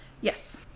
Yes